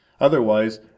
Otherwise